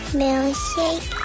milkshake